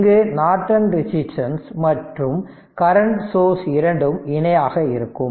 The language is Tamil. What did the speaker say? இங்கு நார்டன் ரெசிஸ்டன்ஸ் மற்றும் கரெண்ட் சோர்ஸ் இரண்டும் இணையாக இருக்கும்